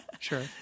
Sure